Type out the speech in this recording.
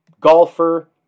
golfer